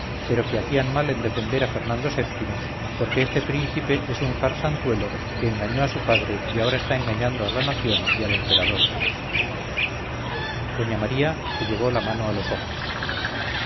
pero que hacían mal en defender a fernando vii porque este príncipe es un farsantuelo que engañó a su padre y ahora está engañando a la nación y al emperador doña maría se llevó la mano a los ojos